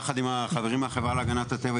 ביחד עם החברים מהחברה להגנת הטבע,